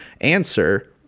answer